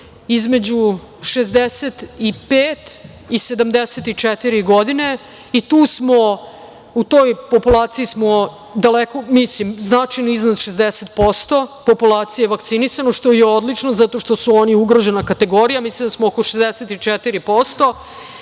između 65 i 74 godine. U toj populaciji smo značajno iznad 60% populacije vakcinisano, što je odlično zato što su oni ugrožena kategorija. Mislim da smo oko 64%.